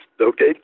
okay